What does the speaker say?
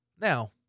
Now